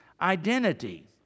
identity